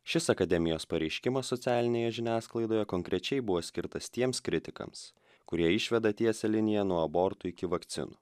šis akademijos pareiškimas socialinėje žiniasklaidoje konkrečiai buvo skirtas tiems kritikams kurie išveda tiesią liniją nuo abortų iki vakcinų